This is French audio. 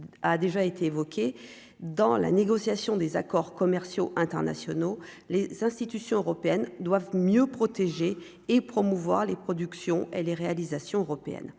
a déjà été évoquée dans la négociation des accords commerciaux internationaux, les institutions européennes doivent mieux protéger et promouvoir les productions et les réalisations européennes